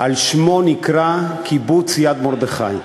על שמו נקרא קיבוץ יד-מרדכי.